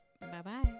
Bye-bye